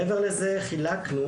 מעבר לזה חילקנו,